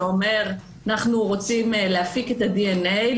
שאומר: אנחנו רוצים להפיק את הדנ"א,